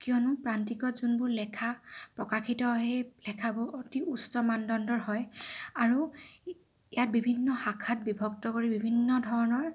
কিয়নো প্ৰান্তিকত যোনবোৰ লেখা প্ৰকাশিত হয় সেই লেখাবোৰ অতি উচ্চ মানদণ্ডৰ হয় আৰু ইয়াত বিভিন্ন শাখাত বিভক্ত কৰি বিভিন্ন ধৰণৰ